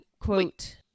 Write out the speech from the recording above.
quote